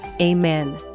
Amen